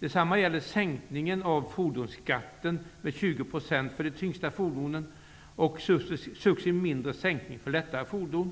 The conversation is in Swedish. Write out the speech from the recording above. Detsamma gäller sänkningen av fordonsskatten med 20 % för de tyngsta fordonen och successivt mindre sänkning för lättare fordon.